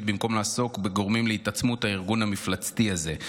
במקום לעסוק בגורמים להתעצמות הארגון המפלצתי הזה.